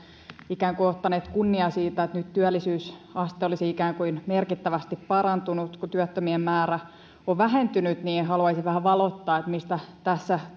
ikään kuin ottaneet kunnian siitä että nyt työllisyysaste olisi ikään kuin merkittävästi parantunut kun työttömien määrä on vähentynyt niin haluaisin vähän valottaa mistä tässä